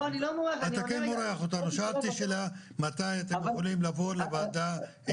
שאלתי שאלה מתי אתם יכולים לבוא לוועדה עם